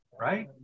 right